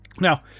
Now